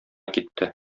китте